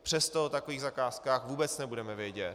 Přesto o takových zakázkách vůbec nebudeme vědět.